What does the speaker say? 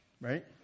right